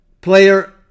Player